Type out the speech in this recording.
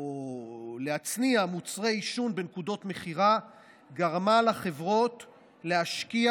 או להצניע מוצרי עישון בנקודות מכירה גרמה לחברות להשקיע